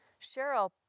Cheryl